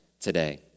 today